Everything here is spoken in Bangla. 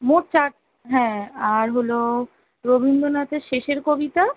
মোট চার হ্যাঁ আর হলো রবীন্দ্রনাথের শেষের কবিতা